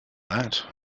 that